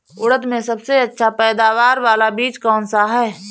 उड़द में सबसे अच्छा पैदावार वाला बीज कौन सा है?